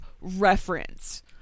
reference